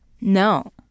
No